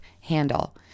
handle